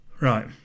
right